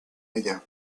ella